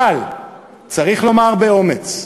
אבל צריך לומר באומץ,